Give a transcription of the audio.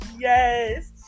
Yes